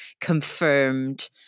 confirmed